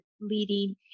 leading